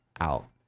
out